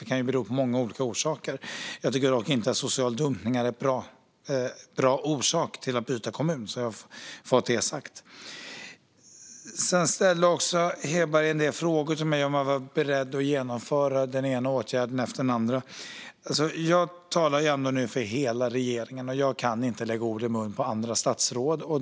Det kan ju ha många olika orsaker. Jag tycker dock inte att social dumpning är en bra orsak till att man byter kommun. Peter Hedberg ställde också en del frågor till mig om jag var beredd att genomföra den ena åtgärden efter den andra. Jag talar nu för hela regeringen och kan inte lägga ord i munnen på andra statsråd.